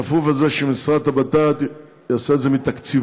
כפוף לכך שהמשרד לביטחון פנים יעשה את זה מתקציבו.